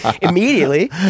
immediately